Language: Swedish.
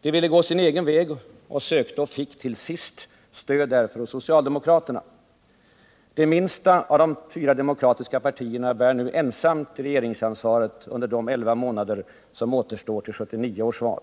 Det ville gå sin egen väg och sökte och fick till sist stöd därför hos socialdemokraterna. Det minsta av de fyra demokratiska partierna bär nu ensamt regeringsansvaret under de elva månader som återstår till 1979 års val.